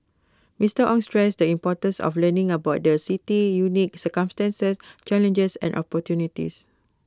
Mister Ong stressed the importance of learning about the city's unique circumstances challenges and opportunities